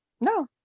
No